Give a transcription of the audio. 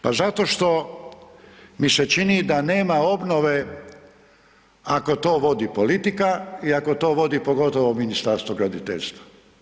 Pa zato što mi se čini da nema obnove ako to vodi politika i ako to vodi pogotovo Ministarstvo graditeljstva.